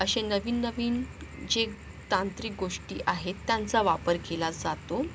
असे नवीन नवीन जे तांत्रिक गोष्टी आहेत त्यांचा वापर केला जातो